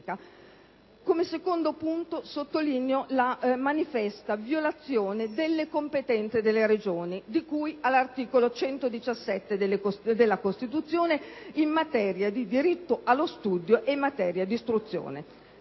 Come secondo aspetto, sottolineo la manifesta violazione delle competenze delle Regioni, di cui all'articolo 117 della Costituzione, in materia di diritto allo studio e di istruzione.